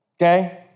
okay